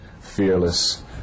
fearless